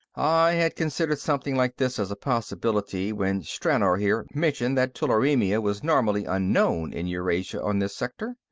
i had considered something like this as a possibility when stranor, here, mentioned that tularemia was normally unknown in eurasia on this sector.